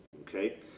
okay